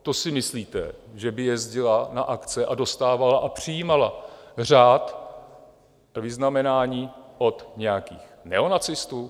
To si myslíte, že by jezdila na akce a dostávala a přijímala řád, vyznamenání, od nějakých neonacistů?